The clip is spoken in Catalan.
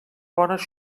bones